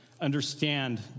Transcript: understand